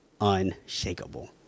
unshakable